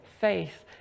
faith